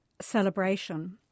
celebration